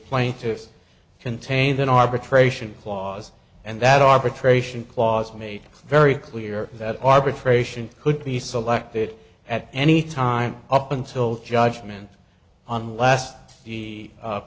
plaintiffs contains an arbitration clause and that arbitration clause made very clear that arbitration could be selected at any time up until judgement on last the